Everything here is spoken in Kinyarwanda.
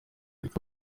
rica